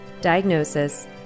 diagnosis